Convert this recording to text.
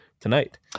tonight